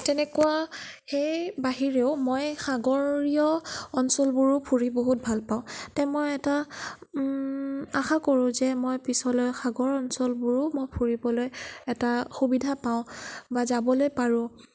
তেনেকুৱা সেই বাহিৰেও মই সাগৰীয় অঞ্চলবোৰো ফুৰি বহুত ভালপাওঁ তে মই এটা আশা কৰোঁ যে মই পিছলৈ সাগৰ অঞ্চলবোৰো মই ফুৰিবলৈ এটা সুবিধা পাওঁ বা যাবলৈ পাৰোঁ